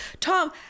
Tom